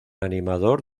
animador